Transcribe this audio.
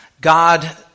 God